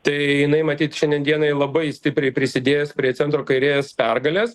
tai jinai matyt šiandien dienai labai stipriai prisidėjęs prie centro kairės pergalės